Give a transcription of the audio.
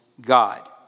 God